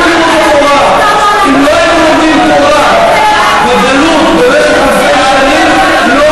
אם לא היינו לומדים תורה בגלות במשך אלפי שנים,